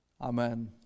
Amen